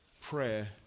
prayer